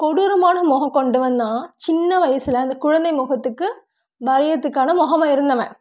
கொடூரமான முகம் கொண்டவன் தான் சின்ன வயசில் அந்த குழந்தை முகத்துக்கு வரைகிறத்துக்கான முகமா இருந்தவன்